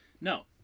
No